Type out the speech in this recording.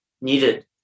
needed